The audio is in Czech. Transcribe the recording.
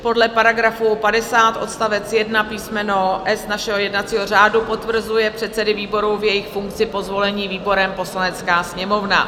Podle § 50 odst. 1 písm. s) našeho jednacího řádu potvrzuje předsedy výboru v jejich funkci po zvolení výborem Poslanecká sněmovna.